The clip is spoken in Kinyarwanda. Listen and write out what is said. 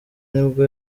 nibwo